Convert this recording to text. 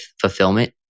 fulfillment